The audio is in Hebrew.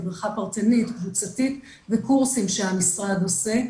הדרכה קבוצתית וקורסים שהמשרד עושה,